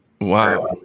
Wow